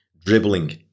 dribbling